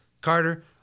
Carter